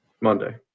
Monday